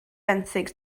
benthyg